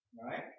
Right